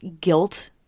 guilt